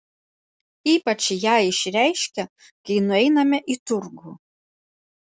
ypač ją išreiškia kai nueiname į turgų